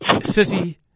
City